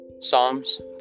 Psalms